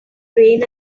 rain